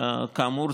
כאמור,